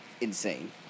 insane